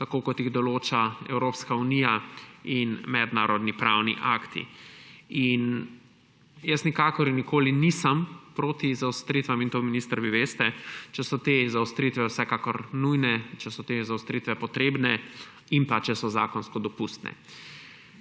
tako kot jih določa Evropska unija in mednarodni pravni akti. Jaz nikakor in nikoli nisem proti zaostritvam – in to, minister, vi veste –, če so te zaostritve vsekakor nujne, če so te zaostritve potrebne in če so zakonsko dopustne.